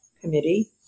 committee